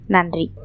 Nandri